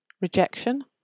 Rejection